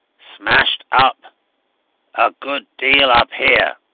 smashed up a good deal up here,